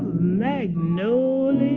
magnolia.